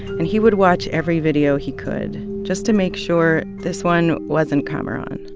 and he would watch every video he could, just to make sure this one wasn't kamaran.